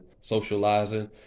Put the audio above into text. socializing